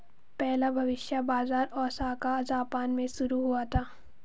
पहला भविष्य बाज़ार ओसाका जापान में शुरू हुआ था